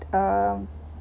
mmhmm